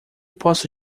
posso